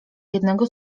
jednego